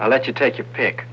i'll let you take your pick